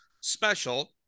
special